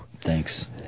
Thanks